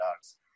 dogs